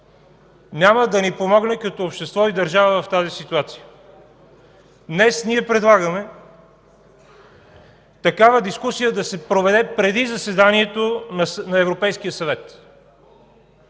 няма да ни помогне като общество и държава в тази ситуация. Днес ние предлагаме такава дискусия да се проведе преди заседанието на Европейския съвет,